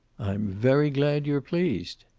i'm very glad you're pleased.